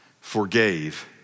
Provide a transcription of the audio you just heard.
forgave